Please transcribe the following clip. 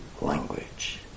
language